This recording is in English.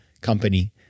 company